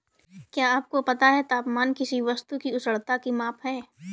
क्या आपको पता है तापमान किसी वस्तु की उष्णता की माप है?